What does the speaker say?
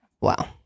Wow